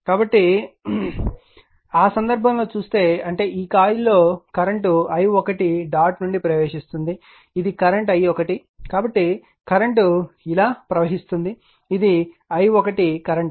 కాబట్టి ఆ సందర్భంలో చూస్తే అంటే ఈ కాయిల్లో కరెంట్ i1 డాట్ నుండి ప్రవేశిస్తుంది ఇది కరెంట్ i1 కాబట్టి కరెంట్ ఇలా కదులుతోంది ఇది i1 కరెంట్